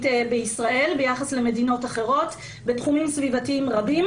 בישראל לעומת מדינות אחרות בתחומים סביבתיים רבים,